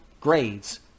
grades